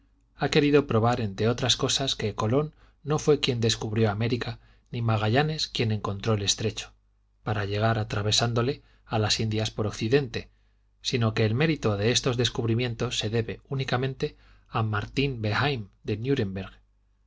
ha querido probar entre otras cosas que colón no fué quien descubrió américa ni magallanes quien encontró el estrecho para llegar atravesándole a las indias por occidente sino que el mérito de estos descubrimientos se debe únicamente a martín behaim de